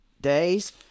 days